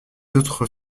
autres